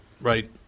Right